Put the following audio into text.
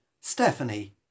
Stephanie